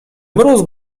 mróz